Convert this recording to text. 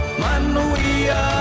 manuia